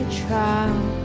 trial